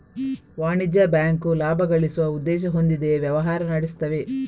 ವಾಣಿಜ್ಯ ಬ್ಯಾಂಕು ಲಾಭ ಗಳಿಸುವ ಉದ್ದೇಶ ಹೊಂದಿಯೇ ವ್ಯವಹಾರ ನಡೆಸ್ತವೆ